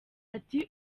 ati